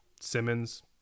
Simmons